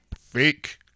Fake